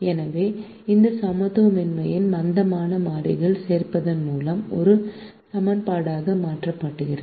எனவே இந்த சமத்துவமின்மை மந்தமான மாறிகள் சேர்ப்பதன் மூலம் ஒரு சமன்பாட்டாக மாற்றப்படுகிறது